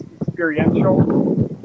experiential